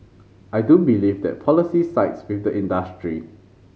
I do believe that policy sides with the industry